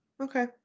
Okay